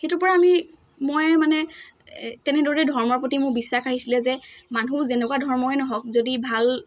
সেইটোৰ পৰা আমি মই মানে এই তেনেদৰে ধৰ্মৰ প্ৰতি মোৰ বিশ্বাস আহিছিলে যে মানুহ যেনেকুৱা ধৰ্মই নহওক যদি ভাল